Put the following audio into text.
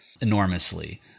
enormously